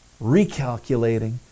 Recalculating